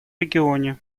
регионе